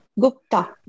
Gupta